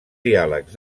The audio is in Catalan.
diàlegs